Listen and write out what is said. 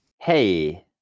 hey